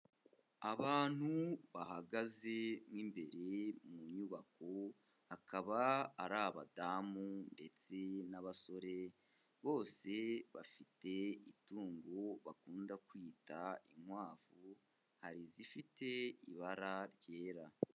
Abantu bahagaze mo imbere mu nyubako akaba ari abadamu ndetse n'abasore bose bafite itungo bakunda kwita inkwavu, hari izifite ibara ryera.